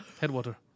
Headwater